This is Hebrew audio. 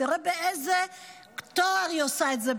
תראה באיזה טוהר היא עושה את זה,